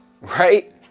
right